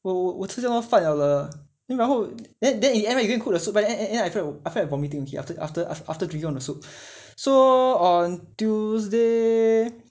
我我我吃掉那个饭了然后 then in the end back you cook the soup back a~ an~ and in the end I felt vomiting after drinking all the soup so on tuesday